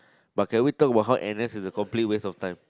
but can we talk about how n_s is a complete waste of time